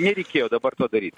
nereikėjo dabar to daryt